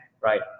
right